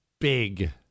big